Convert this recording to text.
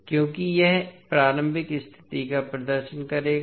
क्योंकि यह प्रारंभिक स्थिति का प्रदर्शन करेगा